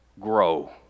Grow